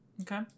okay